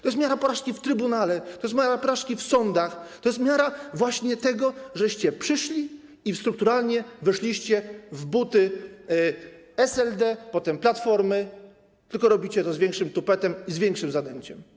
To jest miara porażki w trybunale, to jest miara porażki w sądach, to jest miara właśnie tego, żeście przyszli i strukturalnie weszliście w buty SLD, potem Platformy, tylko robicie to z większym tupetem i z większym zadęciem.